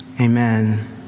Amen